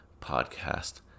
Podcast